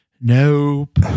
Nope